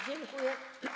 Dziękuję.